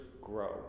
grow